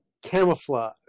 camouflage